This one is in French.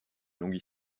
longue